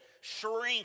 shrink